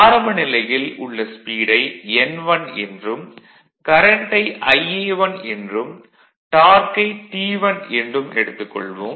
ஆரம்ப நிலையில் உள்ள ஸ்பீடை n1 என்றும் கரண்ட்டை Ia1 என்றும் டார்க்கை T1 என்றும் எடுத்துக் கொள்வோம்